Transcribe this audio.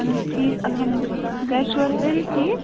اہن حظ ٹھیٖک الحمدُ للہ گَرِ چھِو حظ سٲری ٹھیٖک